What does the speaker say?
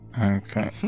Okay